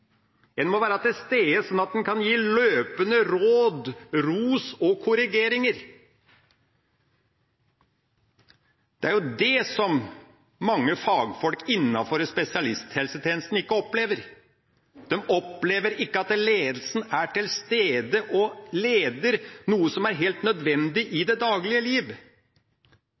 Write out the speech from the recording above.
En må være til stede, slik at en kan gi løpende råd, ros og korrigeringer. Det er jo det som mange fagfolk innenfor spesialisthelsetjenesten ikke opplever. De opplever ikke at ledelsen er til stede og leder – noe som er helt nødvendig i det daglige liv.